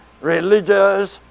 religious